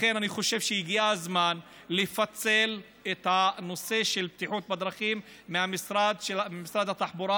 לכן אני חושב שהגיע הזמן לפצל את הנושא של בטיחות בדרכים ממשרד התחבורה,